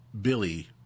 Billy